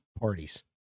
parties